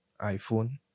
iPhone